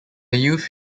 youth